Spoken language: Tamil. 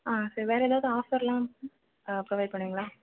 ஆ சரி வேறு ஏதாவது ஆஃபர்லாம் ஆ புரொவைட் பண்ணுவீங்களா